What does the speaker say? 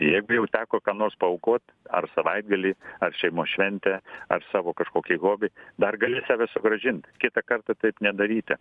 jeigu jau teko ką nors paaukot ar savaitgalį ar šeimos šventę ar savo kažkokį hobį dar gali save sugrąžint kitą kartą taip nedaryti